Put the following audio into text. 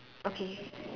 okay